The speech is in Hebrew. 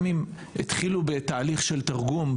התחילו גם בתהליך של תרגום,